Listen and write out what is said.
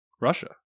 Russia